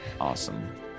awesome